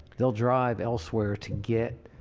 they'll drive elsewhere to get,